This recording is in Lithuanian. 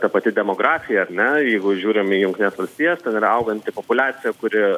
ta pati demografija ar ne jeigu žiūrim į jungtines valstijas ten yra auganti populiacija kuri